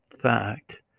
fact